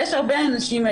יש הרבה אנשים,